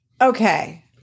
Okay